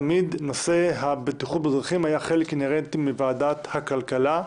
תמיד נושא הבטיחות בדרכים היה חלק אינהרנטי מוועדת הכלכלה.